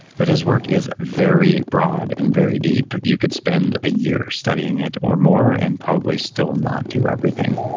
but his work is very broad and very deep. you could spend a year studying it or more and probably still not do everything.